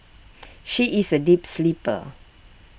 she is A deep sleeper